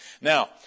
Now